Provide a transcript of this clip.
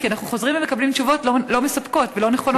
כי אנחנו חוזרים ומקבלים תשובות לא מספקות ולא נכונות,